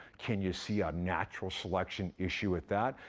can you see a natural selection issue with that?